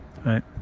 right